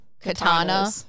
katana